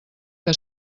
que